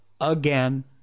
again